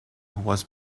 was